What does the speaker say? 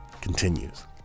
continues